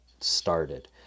started